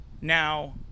now